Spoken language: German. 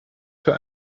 für